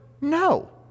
No